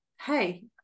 hey